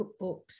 cookbooks